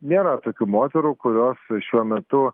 nėra tokių moterų kurios šiuo metu